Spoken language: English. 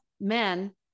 men